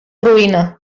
roïna